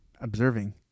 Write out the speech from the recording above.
observing